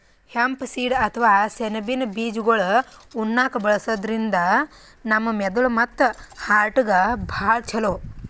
hemp seed ಅಥವಾ ಸೆಣಬಿನ್ ಬೀಜಾಗೋಳ್ ಉಣ್ಣಾಕ್ಕ್ ಬಳಸದ್ರಿನ್ದ ನಮ್ ಮೆದಳ್ ಮತ್ತ್ ಹಾರ್ಟ್ಗಾ ಭಾಳ್ ಛಲೋ